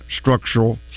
Structural